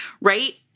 Right